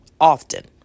often